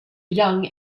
young